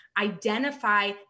identify